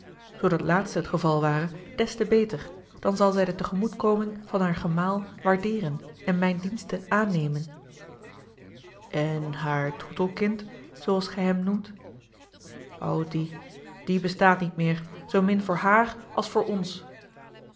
dat laatste het geval ware des te beter dan zal zij de tegemoetkoming van haar gemaal waardeeren en mijne diensten aannemen en haar troetelkind zooals gij hem noemt o die die bestaat niet meer zoomin voor haar als voor ons